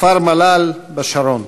כפר-מל"ל בשרון.